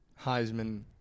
Heisman